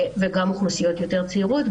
וגם אוכלוסיות יותר צעירות,